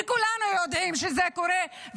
וכולנו יודעים שזה קורה,